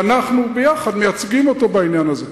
שאנחנו ביחד מייצגים אותו בעניין הזה.